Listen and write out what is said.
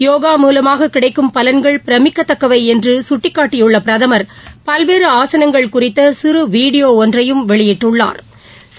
யோகா மூலமாககிடைக்கும் பலன்கள் பிரமிக்கத்தக்கவைஎன்றுசட்டிக்காட்டியுள்ளபிரதமா் பல்வேறுஆசனங்கள் குறித்தசிறுவீடியோஒன்றையும் வெளியிட்டுள்ளாா்